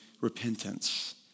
repentance